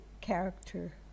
character